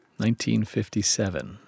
1957